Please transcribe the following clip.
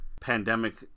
pandemic